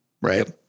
right